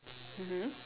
mmhmm